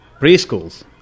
preschools